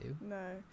No